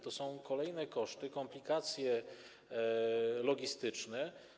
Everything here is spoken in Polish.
To są kolejne koszty, komplikacje logistyczne.